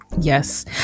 Yes